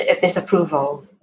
disapproval